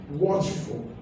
watchful